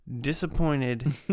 disappointed